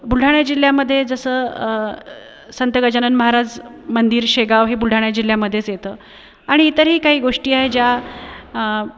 बुलढाणा जिल्ह्यामध्ये जसं संत गजानन महाराज मंदिर शेगाव हे बुलढाणा जिल्ह्यामध्येच येतं आणि इतरही काही गोष्टी आहेत ज्या